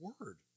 word